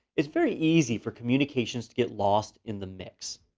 it's very easy for communications to get lost in the mix.